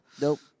Nope